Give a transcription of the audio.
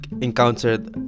encountered